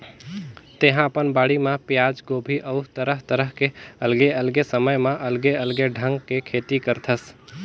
तेहा अपन बाड़ी म पियाज, गोभी अउ तरह तरह के अलगे अलगे समय म अलगे अलगे ढंग के खेती करथस